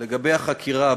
לגבי החקירה,